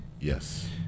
Yes